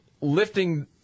lifting